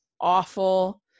awful